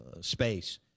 space